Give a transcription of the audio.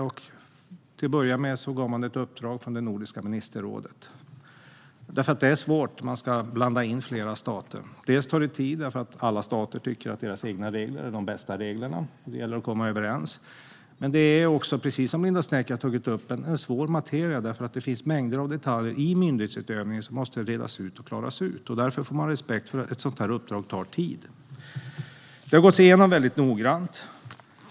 Till att börja med gav man ett uppdrag från Nordiska ministerrådet. Det är nämligen svårt när man ska blanda in flera stater. Det tar tid, eftersom alla stater tycker att de egna reglerna är de bästa reglerna. Det gäller att komma överens. Men det är också, precis som Linda Snecker har tagit upp, en svår materia. Det finns mängder av detaljer i myndighetsutövningen som måste redas ut och klaras ut. Därför får man ha respekt för att ett sådant uppdrag tar tid. Detta har gåtts igenom väldigt noggrant.